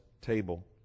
table